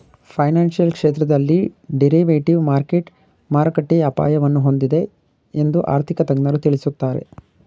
financial ಕ್ಷೇತ್ರದಲ್ಲಿ derivative market ಮಾರುಕಟ್ಟೆಯ ಅಪಾಯವನ್ನು ಹೊಂದಿದೆ ಎಂದು ಆರ್ಥಿಕ ತಜ್ಞರು ತಿಳಿಸುತ್ತಾರೆ